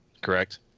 Correct